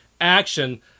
action